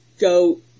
go